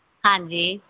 ਹਾਂਜੀ